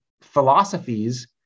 philosophies